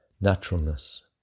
Naturalness